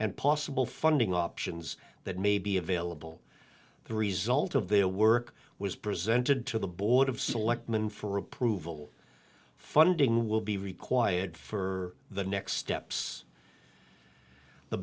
and possible funding options that may be available the result of their work was presented to the board of selectmen for approval funding will be required for the next steps the